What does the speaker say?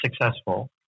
successful